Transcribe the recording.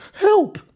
Help